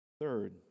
Third